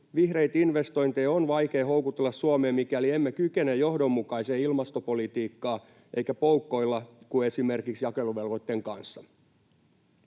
Vihreitä investointeja on vaikea houkutella Suomeen, mikäli emme kykene johdonmukaiseen ilmastopolitiikkaan ja poukkoillaan kuten esimerkiksi jakeluvelvoitteen kanssa.